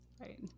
Right